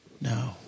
No